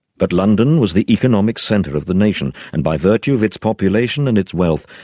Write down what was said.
but london was the economic centre of the nation, and by virtue of its population and its wealth,